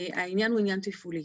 העניין הוא עניין תפעולי.